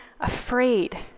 afraid